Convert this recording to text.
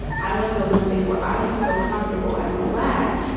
i want to go someplace where i can feel comfortable and relax.